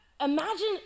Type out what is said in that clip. Imagine